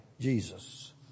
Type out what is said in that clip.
Jesus